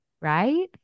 right